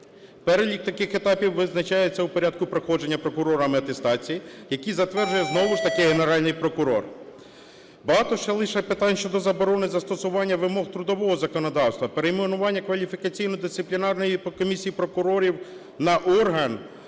Перелік таких етапів визначається у порядку проходження прокурорами атестації, які затверджує знову ж таки Генеральний прокурор. Багато ще лише питань щодо заборони застосування вимог трудового законодавства, перейменування кваліфікаційно-дисциплінарної комісії прокурорів на орган,